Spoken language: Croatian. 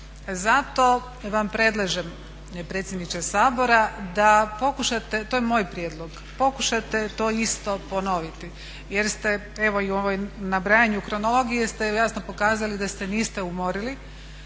Zato vam predlažem predsjedniče Sabora da pokušate, to je moj prijedlog, pokušate to isto ponoviti jer ste evo i u ovom nabrajanju, kronologiji ste jasno pokazali da se niste umorili